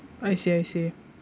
I see I see